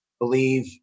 believe